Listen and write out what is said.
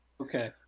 Okay